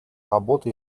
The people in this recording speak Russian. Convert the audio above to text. работы